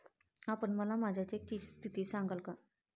आपण मला माझ्या चेकची स्थिती सांगाल का?